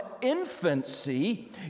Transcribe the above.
infancy